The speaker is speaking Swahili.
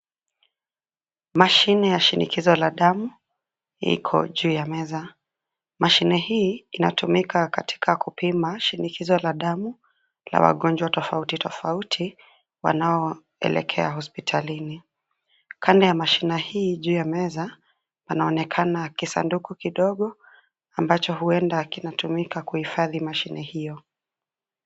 Mashine ya shinikizo la damu liko juu ya meza. Mashine hii inatumika katika kupima shinikizo la damu la wagonjwa tofauti tofauti wanao elekea hospitalini. Kando ya mashine hii juu ya meza, panaonekana kisanduku kidogo ambacho huenda kinatumika kuhifadhi mashine hiyo.